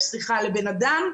לבן-אדם.